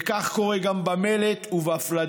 וכך קורה גם במלט ובפלדה.